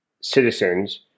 citizens